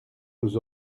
nous